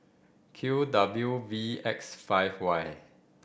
Q W V X five Y